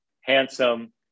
handsome